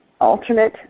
alternate